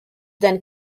then